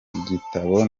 igitabo